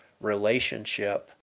relationship